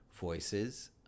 voices